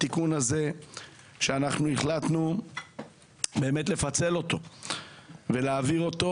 התיקון הזה שהחלטנו לפצל אותו ולהביא אותו